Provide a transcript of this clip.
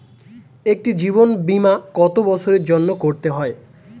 একটি জীবন বীমা কত বছরের জন্য করতে হয়?